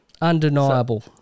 Undeniable